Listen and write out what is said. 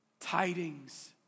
tidings